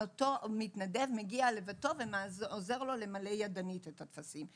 אותו מתנדב מגיע לביתו ועוזר לו למלא ידנית את הטפסים.